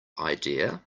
idea